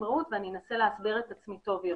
רעות ואני אנסה להסביר את עצמי טוב יותר.